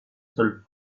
seule